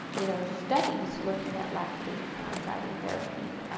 you know, studies looking at lactate-guiding therapy,